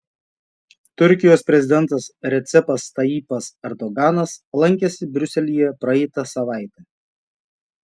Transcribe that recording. turkijos prezidentas recepas tayyipas erdoganas lankėsi briuselyje praeitą savaitę